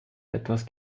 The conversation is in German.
etwas